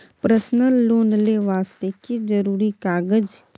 Personal loan ले वास्ते की जरुरी कागज?